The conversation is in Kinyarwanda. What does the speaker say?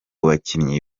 bakinnyi